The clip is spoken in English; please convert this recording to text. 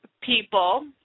people